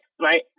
right